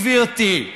גברתי.